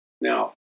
Now